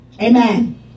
Amen